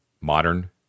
modern